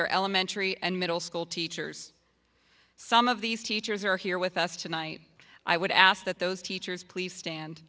their elementary and middle school teachers some of these teachers are here with us tonight i would ask that those teachers please stand